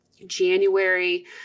January